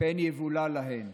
פן יבולע להן,